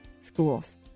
schools